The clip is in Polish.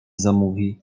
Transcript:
zamówi